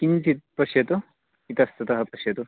किञ्चित् पश्यतु इतस्ततः पश्यतु